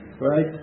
Right